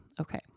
Okay